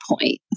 point